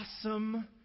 awesome